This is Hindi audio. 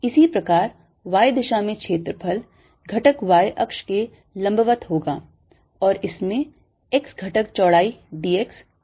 इसी प्रकार y दिशा में क्षेत्रफल घटक y अक्ष के लंबवत होगा और इसमें x घटक चौड़ाई dx ऊंचाई d z होगी